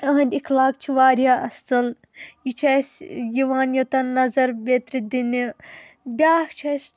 إہِنٛدۍ اِخلاق چھِ وارِیاہ اَصٕل یہِ چھُ اَسہِ یِوان یوٚتن نظر بٮ۪ترِ دِنہِ بیٛاکھ چھُ اَسہِ